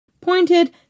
pointed